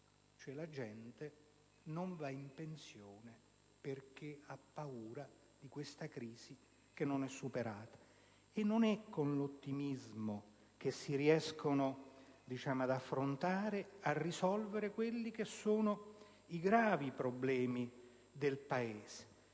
Cioè, la gente non va in pensione perché ha paura di questa crisi, che non è superata. Non è con l'ottimismo che si riescono ad affrontare e risolvere i gravi problemi del Paese!